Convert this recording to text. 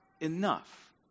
enough